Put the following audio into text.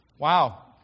Wow